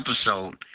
episode